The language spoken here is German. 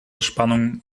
spannung